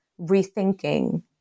rethinking